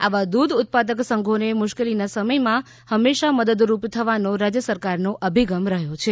આવા દૂધ ઉત્પાદક સંઘોને મુશ્કેલીના સમયમાં હંમેશા મદદરૂપ થવાનો રાજ્ય સરકારનો અભિગમ રહ્યો છે